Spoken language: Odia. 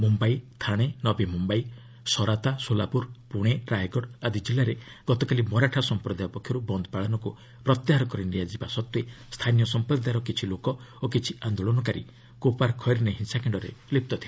ମୁମ୍ୟାଇ ଥାଣେ ନବୀ ମୁମ୍ୟାଇ ସରାତା ସୋଲାପୁର ପୁଣେ ରାୟଗଡ଼ ଆଦି ଜିଲ୍ଲାରେ ଗତକାଲି ମରାଠା ସମ୍ପ୍ରଦାୟ ପକ୍ଷରୁ ବନ୍ଦ୍ ପାଳନକୁ ପ୍ରତ୍ୟାହାର କରି ନିଆଯିବା ସତ୍ତ୍ୱେ ସ୍ଥାନୀୟ ସମ୍ପ୍ରଦାୟର ଲୋକ ଓ କିଛି ଆନ୍ଦୋଳନକାରୀ କୋପାର୍ ଖଇର୍ନେ ହିଂସାକାଣ୍ଡରେ ଲିପ୍ତ ଥିଲେ